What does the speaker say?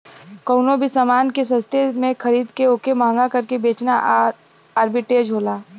कउनो भी समान के सस्ते में खरीद के वोके महंगा करके बेचना आर्बिट्रेज होला